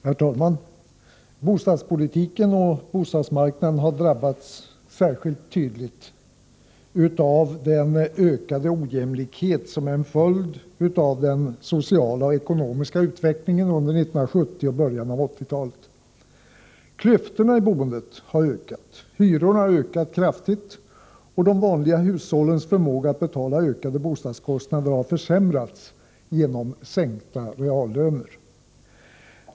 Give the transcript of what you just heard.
Herr talman! Bostadspolitiken och bostadsmarknaden har drabbats särskilt tydligt av den ökade ojämlikhet som är en följd av den sociala och ekonomiska utvecklingen under 1970 och början av 1980-talet. Klyftorna i boendet har ökat. Hyrorna har ökat kraftigt, och de vanliga hushållens förmåga att betala ökade bostadskostnader har försämrats genom sänkta reallöner.